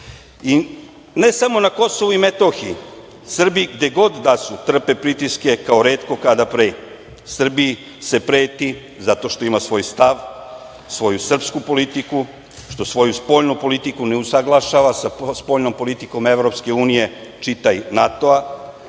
Ne samo na Kosovu i Metohiji, Srbi gde god da su trpe pritiske kao retko kada pre, Srbiji se preti zato što ima svoj stav, svoju srpsku politiku, zato što svoju spoljnu politiku ne usaglašava sa spoljnom politikom EU, čitaj NATO-a,